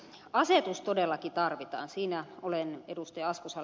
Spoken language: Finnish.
asetus todellakin tarvitaan siinä olen ed